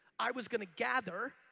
i was going to gather.